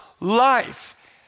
life